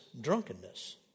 drunkenness